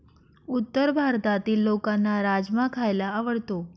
उत्तर भारतातील लोकांना राजमा खायला आवडतो